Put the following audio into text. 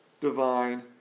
divine